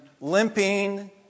limping